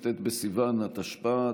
כ"א בסיוון התשפ"א,